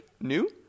New